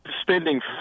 spending